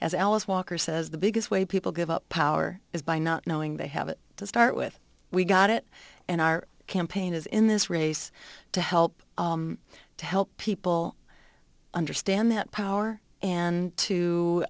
as alice walker says the biggest way people give up power is by not knowing they have it to start with we got it and our campaign is in this race to help to help people understand that power and